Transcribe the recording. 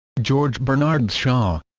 george bernard shaw